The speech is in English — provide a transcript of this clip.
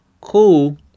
Cool